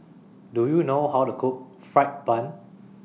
Do YOU know How to Cook Fried Bun